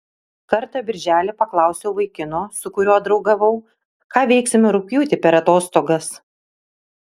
kartą birželį paklausiau vaikino su kuriuo draugavau ką veiksime rugpjūtį per atostogas